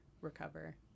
recover